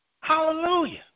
Hallelujah